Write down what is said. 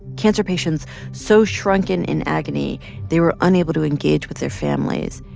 cancer patients so shrunken in agony they were unable to engage with their families.